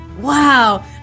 Wow